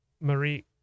Marie